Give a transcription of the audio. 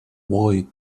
boy